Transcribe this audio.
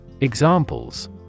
Examples